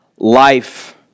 Life